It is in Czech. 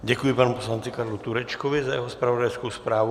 Děkuji panu poslanci Karlu Turečkovi za jeho zpravodajskou zprávu.